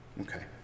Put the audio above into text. Okay